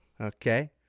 Okay